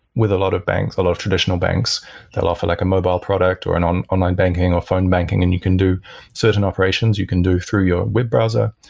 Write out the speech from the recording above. with a lot of banks, a lot of traditional banks that offer like a mobile product or and an online banking or phone banking and you can do certain operations you can do through your web browser.